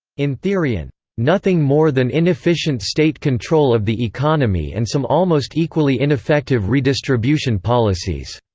in theory and nothing more than inefficient state control of the economy and some almost equally ineffective redistribution policies,